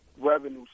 revenue